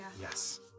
yes